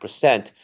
percent